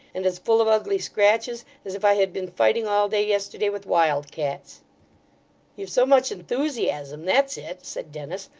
and as full of ugly scratches as if i had been fighting all day yesterday with wild cats you've so much enthusiasm, that's it said dennis,